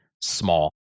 small